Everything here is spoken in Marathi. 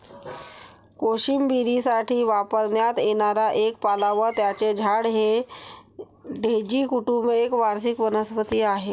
कोशिंबिरीसाठी वापरण्यात येणारा एक पाला व त्याचे झाड हे डेझी कुटुंब एक वार्षिक वनस्पती आहे